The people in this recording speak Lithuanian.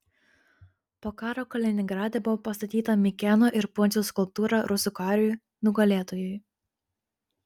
po karo kaliningrade buvo pastatyta mikėno ir pundziaus skulptūra rusų kariui nugalėtojui